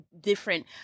Different